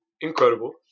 incredible